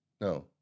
No